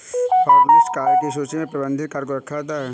hotlist card की सूची में प्रतिबंधित कार्ड को रखा जाता है